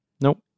Nope